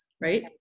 right